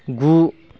गु